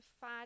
fat